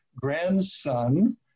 grandson